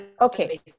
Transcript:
Okay